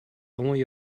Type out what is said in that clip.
only